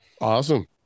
Awesome